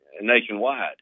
nationwide